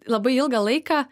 labai ilgą laiką